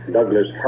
Douglas